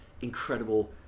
incredible